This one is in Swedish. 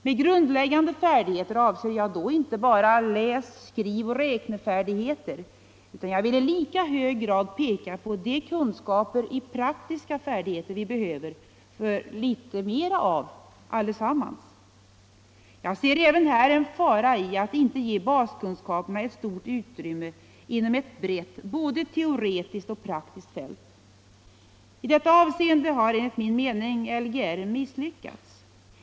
Med grundläggande färdigheter avser jag då inte bara läs-, skrivoch räknefärdigheter, utan jag vill i lika hög grad peka på de praktiska färdigheter vi allesammans behöver litet mera av. Jag ser även en fara i att inte ge baskunskaperna ett stort utrymme inom ett brett både teoretiskt och praktiskt fält. I detta avseende har enligt min mening Lgr misslyckats.